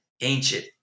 ancient